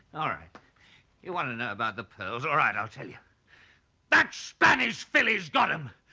all right you want to know about the pearls all right i'll tell you that spanish filly's got them!